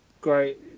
great